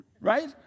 right